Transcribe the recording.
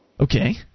Okay